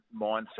mindset